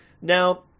Now